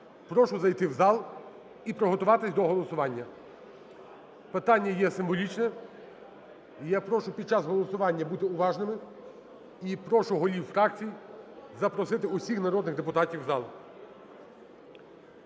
Прошу зайти в зал і приготуватись до голосування. Питання є символічне і я прошу під час голосування бути уважними і прошу голів фракцій запросити усіх народних депутатів в зал.